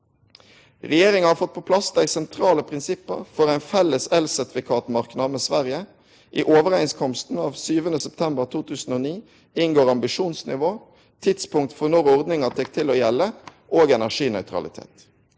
Regjeringa har fått på plass dei sentrale prinsippa for ein felles elsertifikatmarknad med Sverige. I overeinskomsten av 7. september 2009 inngår ambisjonsnivå, tidspunkt for når ordninga tek til å gjelde, og energinøytralitet[*].